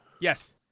Yes